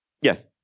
Yes